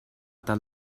tal